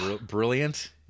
brilliant